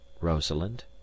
rosalind